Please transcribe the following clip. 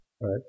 right